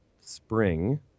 spring